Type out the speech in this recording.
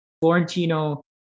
Florentino